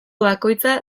bakoitza